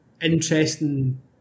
interesting